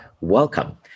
welcome